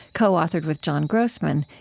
co-authored with john grossmann,